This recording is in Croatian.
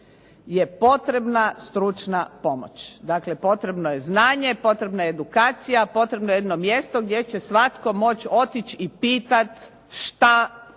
je potrebna stručna pomoć. Dakle, potrebno je znanje, potrebna je edukacija, potrebno je jedno mjesto gdje će svatko moći otići i pitati što treba